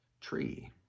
tree